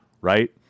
right